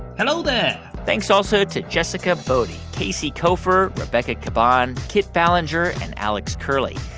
hello there thanks also to jessica boddy, casey koeffer, rebecca caban, kit ballenger and alex curley.